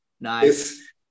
Nice